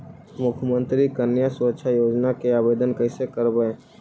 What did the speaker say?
मुख्यमंत्री कन्या सुरक्षा योजना के आवेदन कैसे करबइ?